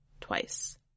twice